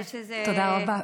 תודה רבה.